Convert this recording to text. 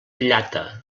llata